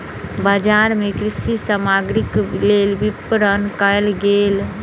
बजार मे कृषि सामग्रीक लेल विपरण कयल गेल